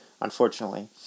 unfortunately